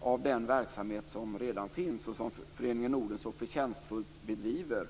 av den verksamhet som redan finns och som Föreningen Norden så förtjänstfullt bedriver.